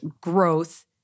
growth